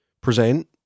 present